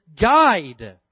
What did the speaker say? guide